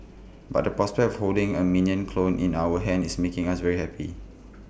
but the prospect of holding A Minion clone in our hands is making us very happy